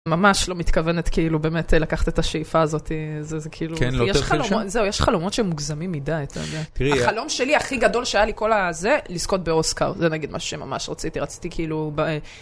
ממש לא מתכוונת כאילו, באמת לקחת את השאיפה הזאת, זה כאילו... כן, לא תרחיש. זהו, יש חלומות שמוגזמים מדי, אתה יודע. תראי, החלום שלי הכי גדול שהיה לי כל הזה, לזכות באוסקר, זה נגיד מה שממש רציתי, רציתי כאילו...